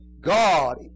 God